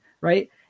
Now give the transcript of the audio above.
right